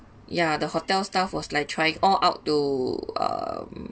ya the hotel staff was like trying all out to um